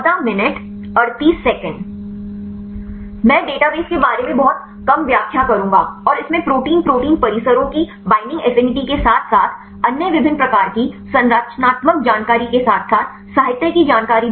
मैं डेटाबेस के बारे में बहुत कम व्याख्या करूंगा और इसमें प्रोटीन प्रोटीन परिसरों की बैंडिंग एफिनिटी के साथ साथ अन्य विभिन्न प्रकार की संरचनात्मक जानकारी के साथ साथ साहित्य की जानकारी भी है